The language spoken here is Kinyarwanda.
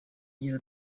agira